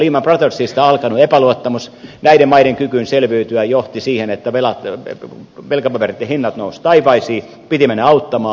lehman brothersista alkanut epäluottamus näiden maiden kykyyn selviytyä johti siihen että velkapapereitten hinnat nousivat taivaisiin piti mennä auttamaan